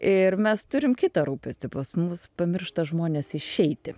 ir mes turim kitą rūpestį pas mus pamiršta žmones išeiti